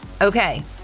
Okay